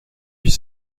huit